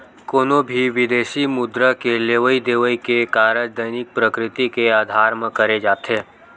कोनो भी बिदेसी मुद्रा के लेवई देवई के कारज दैनिक प्रकृति के अधार म करे जाथे